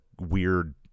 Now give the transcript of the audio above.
weird